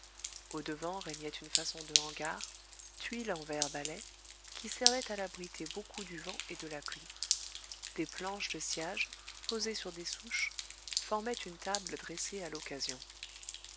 au-devant régnait une façon de hangar tuile en verts balais qui servait à l'abriter beaucoup du vent et de la pluie des planches de sciage posées sur des souches formaient une table dressée à l'occasion